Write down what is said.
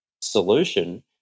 solution